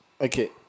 okay